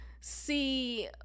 see